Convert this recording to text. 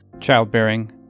childbearing